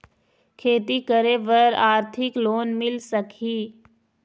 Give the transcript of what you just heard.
खेती करे बर आरथिक लोन मिल सकही?